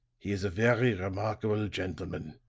he is a very remarkable gentleman.